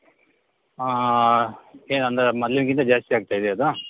ಏನು ಅಂದರೆ ಮೊದ್ಲಿನ್ಕಿಂತ ಜಾಸ್ತಿ ಆಗ್ತಾ ಇದೆಯಾ ಅದು